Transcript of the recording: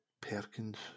Perkins